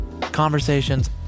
conversations